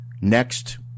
next